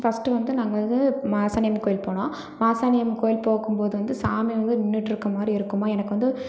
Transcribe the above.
first வந்து நாங்கள் வந்து மாசாணியம்மன் கோவில் போனோம் மாசாணியம்மன் கோவில் போகும் போது வந்து சாமி வந்து நின்றுட்டு இருக்கற மாதிரி இருக்குமா எனக்கு வந்து